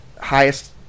highest